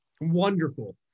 Wonderful